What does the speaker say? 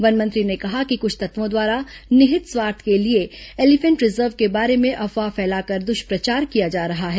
one मंत्री ने कहा है कि कुछ तत्वों द्वारा निहित स्वार्थ के लिए एलीफेंट रिजर्व के बारे में अफवाह फैलाकर दुष्प्रचार किया जा रहा है